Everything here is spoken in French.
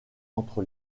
entre